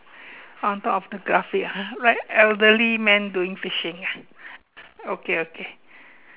on top of the graphic uh write elderly man doing fishing ah okay okay